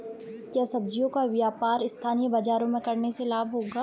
क्या सब्ज़ियों का व्यापार स्थानीय बाज़ारों में करने से लाभ होगा?